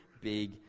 big